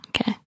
Okay